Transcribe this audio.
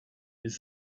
les